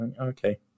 Okay